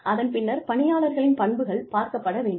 அதன் பின்னர் பணியாளர்களின் பண்புகள் பார்க்கப்பட வேண்டும்